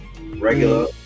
Regular